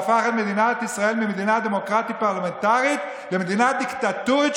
והפך את מדינת ישראל ממדינה דמוקרטית פרלמנטרית למדינה דיקטטורית,